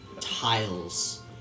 ...tiles